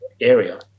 area